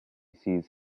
sees